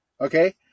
Okay